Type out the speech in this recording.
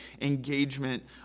engagement